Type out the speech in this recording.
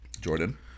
Jordan